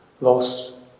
loss